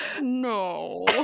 No